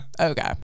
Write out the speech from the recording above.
Okay